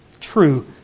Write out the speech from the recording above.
true